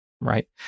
right